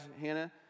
Hannah